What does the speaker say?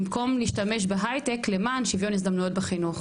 במקום להשתמש בהייטק למען שוויון הזדמנויות בחינוך.